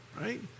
right